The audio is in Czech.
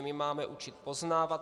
My máme učit poznávat.